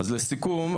אז לסיכום,